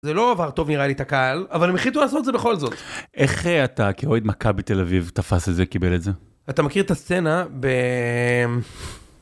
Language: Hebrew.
זה לא עבר טוב נראה לי את הקהל אבל הם החליטו לעשות זה בכל זאת. איך אתה כאוהד מכבי תל אביב תפס את זה קיבל את זה אתה מכיר את הסצנה.